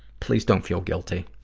please don't feel guilty.